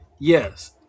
Yes